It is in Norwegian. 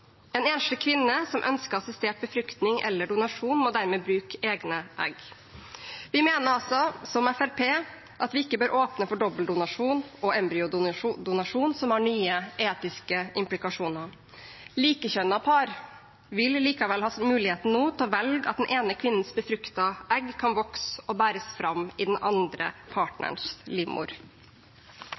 En enslig kvinne som ønsker assistert befruktning eller donasjon, må dermed bruke egne egg. Vi mener altså, som Fremskrittspartiet, at vi ikke bør åpne for dobbeldonasjon og embryodonasjon, som har nye etiske implikasjoner. Likekjønnede par vil likevel ha muligheten nå til å velge at den ene kvinnens befruktede egg kan vokse og bæres fram i